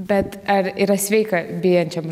bet ar yra sveika bijančiam